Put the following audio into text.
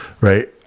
right